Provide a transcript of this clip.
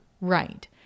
Right